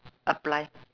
apply